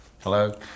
hello